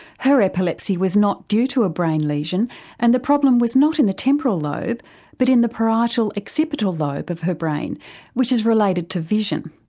her epilepsy was not due to a brain lesion and the problem was not in the temporal lobe but in the parietal occipital lobe of brain which is related to vision.